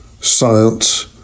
science